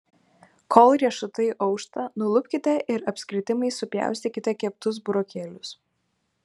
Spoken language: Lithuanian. kol riešutai aušta nulupkite ir apskritimais supjaustykite keptus burokėlius